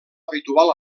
habitual